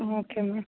okay madam